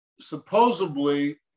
supposedly